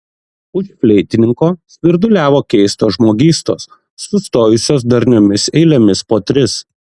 už fleitininko svirduliavo keistos žmogystos sustojusios darniomis eilėmis po tris